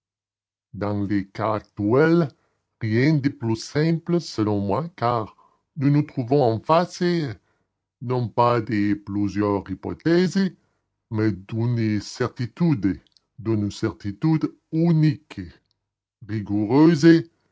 dans le cas actuel rien de plus simple selon moi car nous nous trouvons en face non pas de plusieurs hypothèses mais d'une certitude d'une certitude unique rigoureuse et